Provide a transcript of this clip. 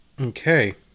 Okay